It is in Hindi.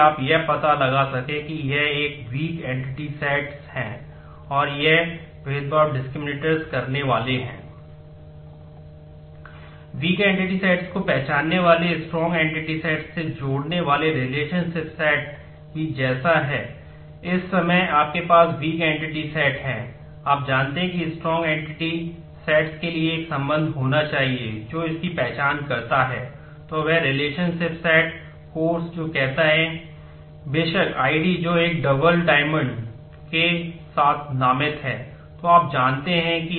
इसलिए वीक एंटिटी सेट्स करने वाले हैं